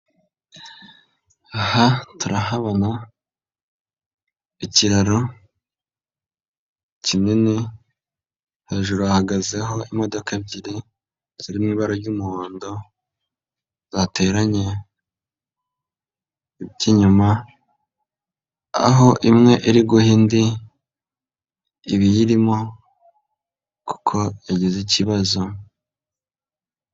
Aha turahabona ikiraro kinini hejuru hahagazeho imodoka ebyiri ziri mu ibara ry'umuhondo zateranye ibyinyuma aho imwe iri guha indi ibiyirimo kuko yagize ikibazo.